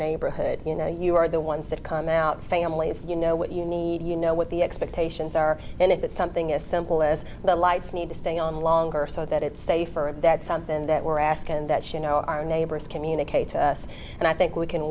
neighborhood you know you are the ones that come out families you know what you need you know what the expectations are and if it's something as simple as the lights need to stay on longer so that it's safer that something that we're asking that you know our neighbors communicate to us and i think we can